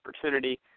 opportunity